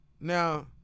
Now